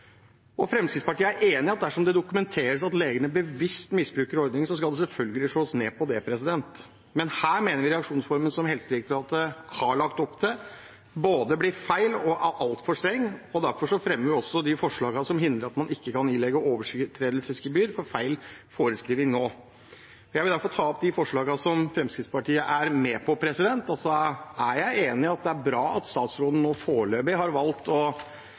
Fremskrittspartiet er enig i at dersom det dokumenteres at legene bevisst misbruker ordningen, skal det selvfølgelig slås ned på, men her mener vi at reaksjonsformen som Helsedirektoratet har lagt opp til, både blir feil og er altfor streng. Derfor fremmer vi også forslag som hindrer at man kan ilegge overtredelsesgebyr for feil forskrivning nå. Jeg vil derfor ta opp de forslagene som Fremskrittspartiet er med på. Jeg er enig i at det er bra at statsråden foreløpig har valgt å